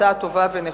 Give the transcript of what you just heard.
הצעה טובה ונכונה.